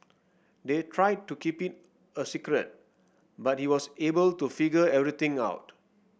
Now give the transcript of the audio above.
they tried to keep it a secret but he was able to figure everything out